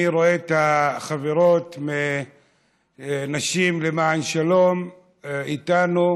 אני רואה את החברות מנשים למען שלום איתנו,